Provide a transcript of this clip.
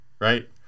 right